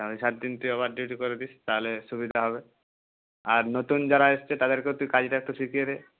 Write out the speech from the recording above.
হ্যাঁ ওই সাত দিন তুই আবার ডিউটি করে দিস তাহলে সুবিধা হবে আর নতুন যারা এসেছে তাদেরকেও তুই কাজটা একটু শিখিয়ে দে